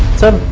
sir,